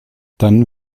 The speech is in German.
dann